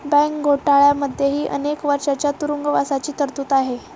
bank घोटाळ्यांमध्येही अनेक वर्षांच्या तुरुंगवासाची तरतूद आहे